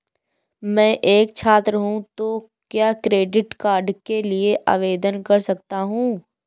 मैं एक छात्र हूँ तो क्या क्रेडिट कार्ड के लिए आवेदन कर सकता हूँ?